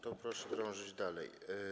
To proszę drążyć dalej.